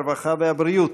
הרווחה והבריאות,